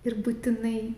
ir būtinai